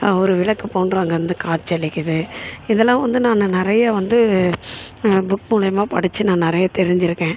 ஒரு விளக்கு போன்று அங்கே இருந்து காட்சி அளிக்குது இதலாம் வந்து நான் நிறையா வந்து புக் மூலயமா படித்து நான் நிறையா தெரிஞ்சு இருக்கேன்